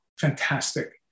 fantastic